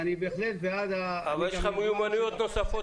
ואני בהחלט בעד --- יש לך מיומנויות נוספות